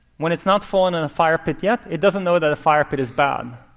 when it's not fallen on a fire pit yet, it doesn't know that a fire pit is bad.